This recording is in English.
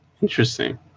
Interesting